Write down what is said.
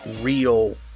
real